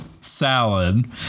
salad